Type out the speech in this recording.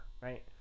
right